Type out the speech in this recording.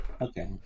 Okay